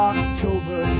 October